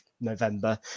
November